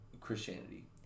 Christianity